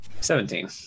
Seventeen